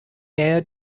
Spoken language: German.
nähe